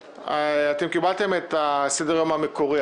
קיבלתם את סדר היום המקורי.